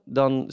dan